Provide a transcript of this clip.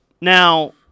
Now